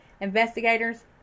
investigators